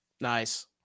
Nice